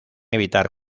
evitar